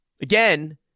again